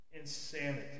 insanity